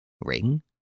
Ring